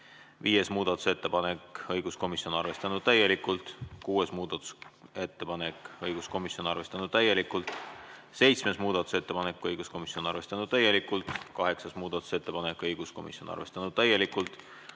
Viies muudatusettepanek, õiguskomisjon, arvestatud täielikult. Kuues muudatusettepanek, õiguskomisjon, arvestatud täielikult. Seitsmes muudatusettepanek, õiguskomisjon, arvestatud täielikult. Kaheksas muudatusettepanek, õiguskomisjon, arvestatud täielikult.